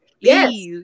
yes